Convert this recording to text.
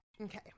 Okay